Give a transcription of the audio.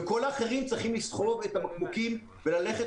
וכל האחרים צריכים לסחוב את הבקבוקים וללכת